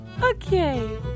Okay